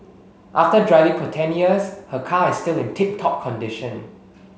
after driving for ten years her car is still in tip top condition